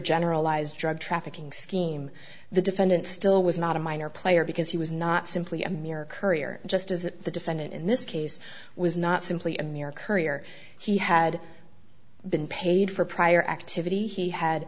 generalized drug trafficking scheme the defendant still was not a minor player because he was not simply a mere courier just as the defendant in this case was not simply a mere courier he had been paid for prior activity he had